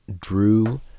drew